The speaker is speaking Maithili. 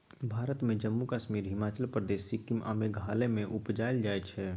भारत मे जम्मु कश्मीर, हिमाचल प्रदेश, सिक्किम आ मेघालय मे उपजाएल जाइ छै